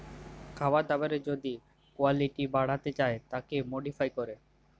খাবার দাবারের যদি কুয়ালিটি বাড়াতে চায় তাকে মডিফাই ক্যরে